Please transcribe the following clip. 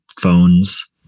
phones